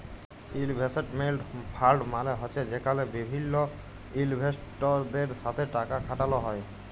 investment fund মালে হছে যেখালে বিভিল্ল ইলভেস্টরদের সাথে টাকা খাটালো হ্যয়